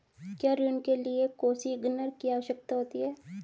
क्या ऋण के लिए कोसिग्नर की आवश्यकता होती है?